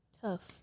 Tough